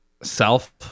self